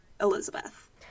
Elizabeth